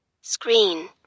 Screen